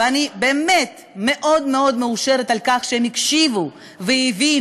ואני באמת מאוד מאוד מאושרת על כך שהם הקשיבו והבינו.